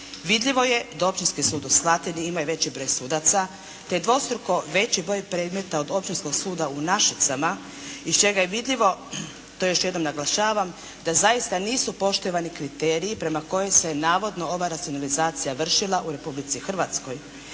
Vidljivo je da Općinski Sud u Slatini ima i veći broj sudaca, te dvostruko veći broj predmeta od Općinskog suda u Našicama, iz čega je vidljivo, to još jednom naglašavam da zaista nisu poštivani kriteriji prema kojoj se navodno ova racionalizacija vršila u Republici Hrvatskoj.